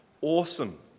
awesome